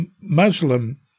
Muslim